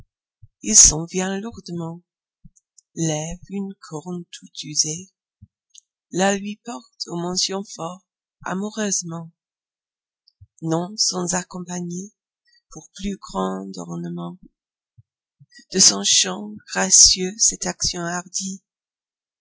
lourdement lève une corne toute usée la lui porte au menton fort amoureusement non sans accompagner pour plus grand ornement de son chant gracieux